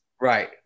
right